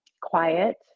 quiet